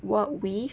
work with